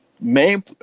main